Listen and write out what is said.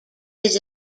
his